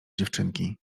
dziewczynki